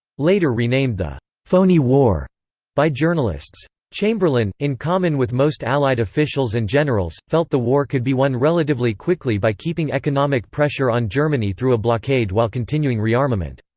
later renamed the phoney war by journalists. chamberlain, in common with most allied officials and generals, felt the war could be won relatively quickly by keeping economic pressure on germany through a blockade while continuing rearmament.